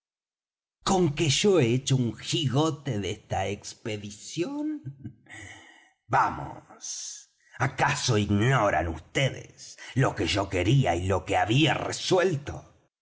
con que yo he hecho un jigote de esta expedición vamos acaso ignoran vds lo que yo quería y lo que había resuelto